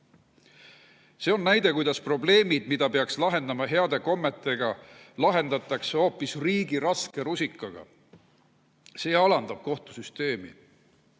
See on näide, kuidas probleemid, mida peaks lahendama heade kommete kohaselt, lahendatakse hoopis riigi raske rusikaga. See alandab kohtusüsteemi.